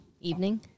evening